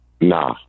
Nah